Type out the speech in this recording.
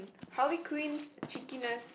Harley-Quinn's cheekiness